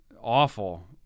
awful